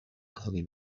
کاری